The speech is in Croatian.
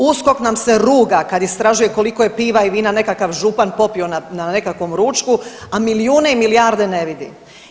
USKOK nam se ruga kada istražuje koliko je piva i vina nekakav župan popio na nekakvom ručku, a milijune i milijarde ne vidi.